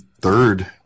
third